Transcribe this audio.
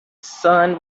sun